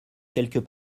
quelques